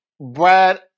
Brad